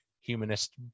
humanist